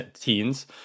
teens